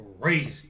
crazy